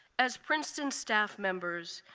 as princeton staff members,